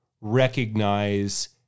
recognize